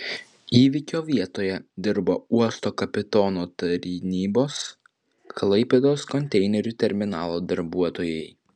įvykio vietoje dirbo uosto kapitono tarnybos klaipėdos konteinerių terminalo darbuotojai